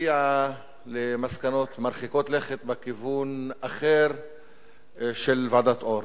הגיעה למסקנות מרחיקות לכת בכיוון אחר של ועדת-אור.